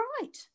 right